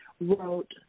wrote